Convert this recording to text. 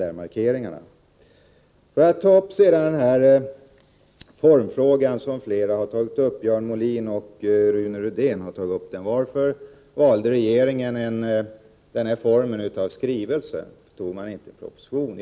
Låt mig sedan ta upp formfrågan, som flera talare — Björn Molin och Rune Rydén — berört. Varför valde regeringen formen av en skrivelse och inte en proposition?